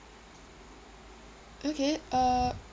okay uh